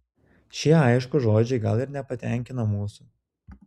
šie aiškūs žodžiai gal ir nepatenkina mūsų